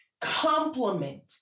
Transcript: complement